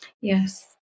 Yes